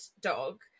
dog